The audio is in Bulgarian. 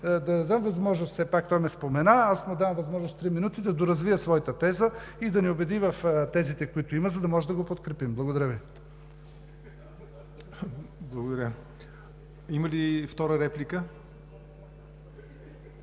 да дадем възможност – той ме спомена, аз му давам възможност три минути да доразвие своята теза и да ни убеди в тезите, които има, за да може да го подкрепим. Благодаря Ви. ПРЕДСЕДАТЕЛ ЯВОР НОТЕВ: Благодаря Ви. Има ли втора реплика?